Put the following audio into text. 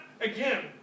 Again